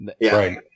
Right